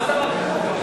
מה שר החינוך?